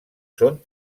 són